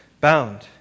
Bound